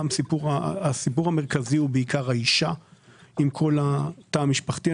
הסיפור המרכזי הוא בעיקר האישה עם כל התא המשפחתי.